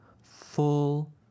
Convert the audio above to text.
full